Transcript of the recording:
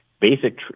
basic